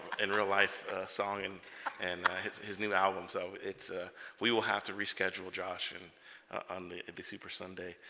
and real life song and and his his new album so it's a we will have to reschedule josh and on the the super sunday